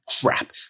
crap